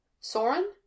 Soren